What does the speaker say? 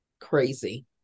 crazy